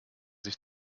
sich